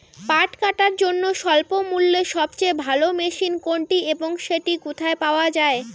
পাট কাটার জন্য স্বল্পমূল্যে সবচেয়ে ভালো মেশিন কোনটি এবং সেটি কোথায় পাওয়া য়ায়?